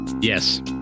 Yes